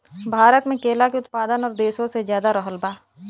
भारत मे केला के उत्पादन और देशो से ज्यादा रहल बा